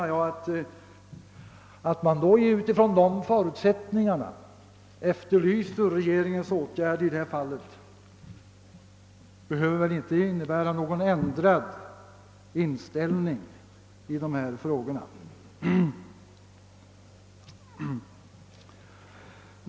Att man mot denna bakgrund efterlyser regeringens åtgärder i detta fall tycker jag inte behöver karaktäriseras som någon ändrad inställning i dessa frågor.